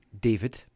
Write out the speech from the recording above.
David